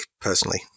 personally